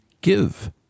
give